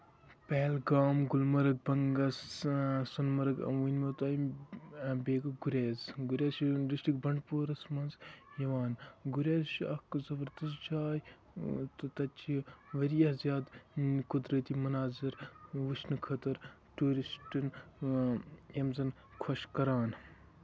Pahalgam Gulmarg Bangus Sonamarg ؤنمو تۄہہِ بیٚیہِ گوٚو گُریز گُریز چھُ ڈِسٹرک بَنڈپوٗرِس منٛز یِوان گُریز چھُ اکھ زَبردست جاے تہٕ تَتہِ چھِ واریاہ زیادٕ یِم قُدرَتی مَناظر وُچھنہٕ خٲطٔر ٹوٗرِسٹن یِم زَن خۄش کران